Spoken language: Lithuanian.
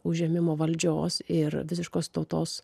užėmimo valdžios ir visiškos tautos